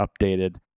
updated